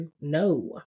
No